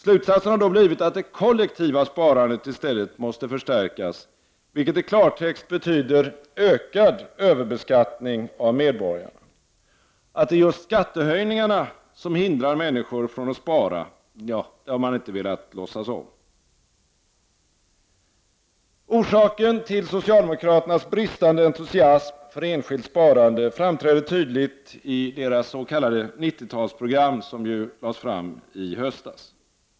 Slutsatsen har då blivit att det kollektiva sparandet i stället måste förstärkas, vilket i klartext betyder ökad överbeskattning av medborgarna. Att det är just skattehöjningarna som hindrar människor från att spara har man inte velat låtsas om. Orsaken till socialdemokraternas bristande entusiasm för enskilt sparande framträder tydligt i deras s.k. 90-talsprogram, som lades fram i höstas.